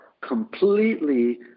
completely